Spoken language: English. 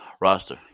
roster